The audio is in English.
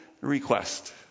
request